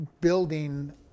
building